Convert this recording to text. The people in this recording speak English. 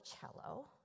cello